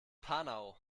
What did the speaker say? panau